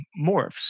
morphs